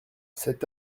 cet